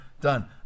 done